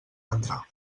entrar